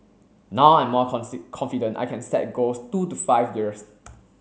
now I'm more confident I can set goals two to five years